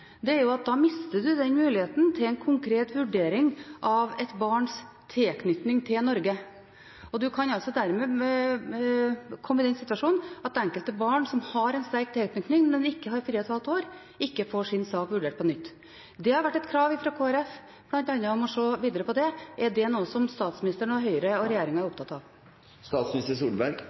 er at da mister en den muligheten til en konkret vurdering av et barns tilknytning til Norge, og en kan dermed komme i den situasjonen at enkelte barn som har en sterk tilknytning, men ikke har fire og et halvt år, ikke får sin sak vurdert på nytt. Det har vært et krav fra Kristelig Folkeparti bl.a. om å se videre på det. Er det noe som statsministeren og Høyre og regjeringen er